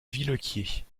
villequier